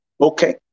Okay